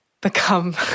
become